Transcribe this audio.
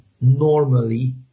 normally